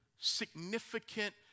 significant